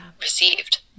received